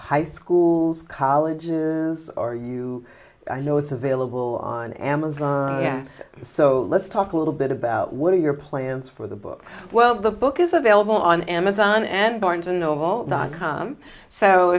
high schools colleges or you know it's available on amazon yes so let's talk a little bit about what are your plans for the book well the book is available on amazon and barnes and noble dot com so